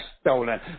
stolen